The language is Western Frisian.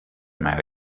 mei